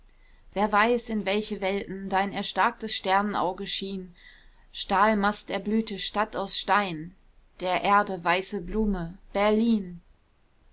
wer weiß in welche welten dein erstarktes sternenauge schien stahlmasterblüte stadt aus stein der erde weiße blume berlin